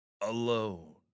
Alone